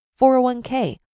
401k